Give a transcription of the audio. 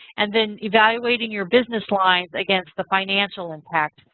and then evaluating your business lines against the financial impact.